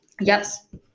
Yes